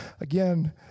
Again